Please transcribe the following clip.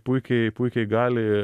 puikiai puikiai gali